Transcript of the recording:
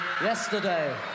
Yesterday